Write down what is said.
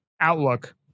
outlook